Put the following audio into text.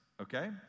okay